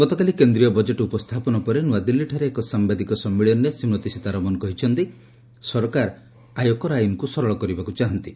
ଗତକାଲି କେନ୍ଦ୍ରୀୟ ବଜେଟ୍ ଉପସ୍ଥାପନ ପରେ ନୂଆଦିଲ୍ଲୀଠାରେ ଏକ ସାମ୍ବାଦିକ ସମ୍ମିଳନୀରେ ଶ୍ରୀମତୀ ସୀତାରମଣ କହିଛନ୍ତି ଯେ ସରକାର ମଧ୍ୟ ଆୟକର ଆଇନକୁ ସରଳ କରିବାକୁ ଚାହାନ୍ତି